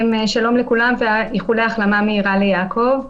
שלום לכולם ואיחולי החלמה מהירה ליעקב,